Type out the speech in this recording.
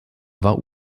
war